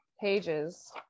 pages